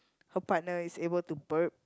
her partner is able to burp